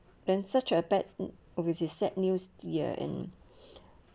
then such a pets overseas sad new ya and